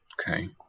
Okay